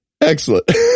Excellent